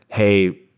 hey,